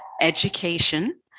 education